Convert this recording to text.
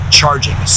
charging